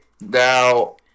Now